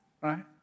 Right